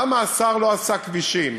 למה השר לא עשה כבישים?